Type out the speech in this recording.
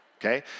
okay